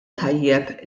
tajjeb